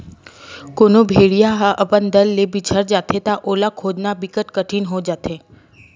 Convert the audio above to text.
कोनो भेड़िया ह अपन दल ले बिछड़ जाथे त ओला खोजना बिकट कठिन हो जाथे